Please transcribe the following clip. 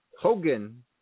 Hogan